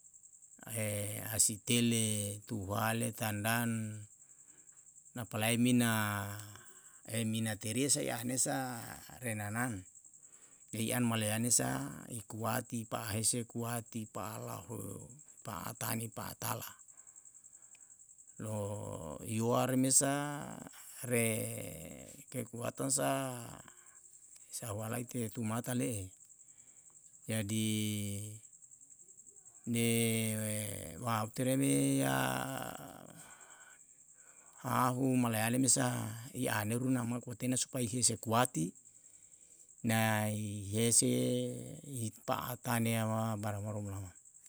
Hasitela tuahale tandan na palae mina e mina terie sai ane sa renanan pei an malayane sa i kuati pa'ahese kuati pa'alaho pa'atani pa'atala lo yuare mesa rekekuatan sa sa'awalai te tumata le'e. jadi ne waup tere nia hahu malayane me sa i aneru na ma kotena supaiha sae kuati nai hiese i pa'atane ama barang barang molama